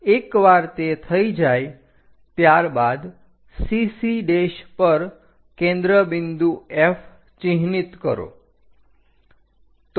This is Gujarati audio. એકવાર તે થઈ જાય ત્યારબાદ CC પર કેન્દ્ર બિંદુ F ચિહ્નિત કરો